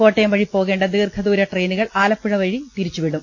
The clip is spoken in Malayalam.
കോട്ടയം വഴി പോകേണ്ട ദീർഘദൂര ട്രെയിനുകൾ ആലപ്പുഴി വഴി തിരിച്ചുവിടും